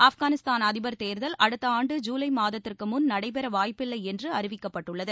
ஆப்கானிஸ்தான் அதிபர் தேர்தல் அடுத்த ஆண்டு ஜூலை மாதத்திற்கு முன் நடைபெற வாய்ப்பில்லை என்று அறிவிக்கப்பட்டுள்ளது